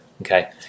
Okay